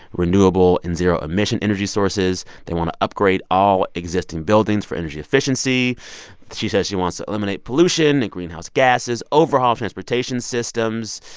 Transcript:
renewable and zero-emission energy sources. they want to upgrade all existing buildings for energy efficiency she says she wants to eliminate pollution and greenhouse gases, overhaul transportation systems,